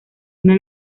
una